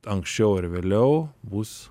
anksčiau ar vėliau bus